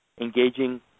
Engaging